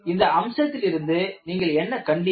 இந்த அம்சத்திலிருந்து நீங்கள் என்ன கண்டீர்கள்